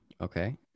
okay